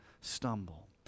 stumble